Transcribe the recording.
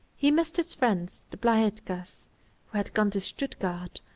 he missed his friends the blahetkas, who had gone to stuttgart,